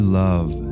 love